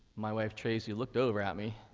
my wife, tracey, looked over at me,